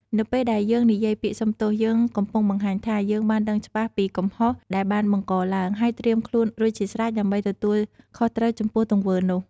នៅពេលដែលយើងនិយាយពាក្យសុំទោស យើងកំពុងបង្ហាញថា យើងបានដឹងច្បាស់ពីកំហុសដែលបានបង្កឡើង ហើយត្រៀមខ្លួនរួចជាស្រេចដើម្បីទទួលខុសត្រូវចំពោះទង្វើនោះ។